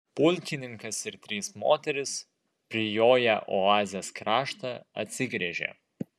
pulkininkas ir trys moterys prijoję oazės kraštą atsigręžė